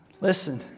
Listen